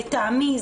לטעמי,